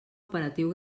operatiu